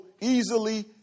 easily